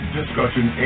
discussion